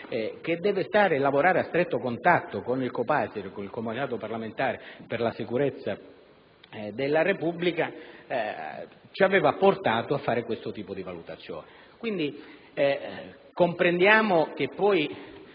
che deve lavorare a stretto contatto con il Copasir, il Comitato parlamentare per la sicurezza della Repubblica, ci aveva portato a fare questo tipo di valutazione. Comprendiamo che è